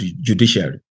judiciary